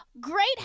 Great